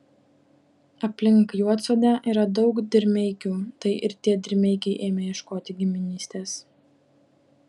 aplink juodsodę yra daug dirmeikių tai ir tie dirmeikiai ėmė ieškoti giminystės